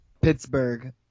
Pittsburgh